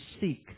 seek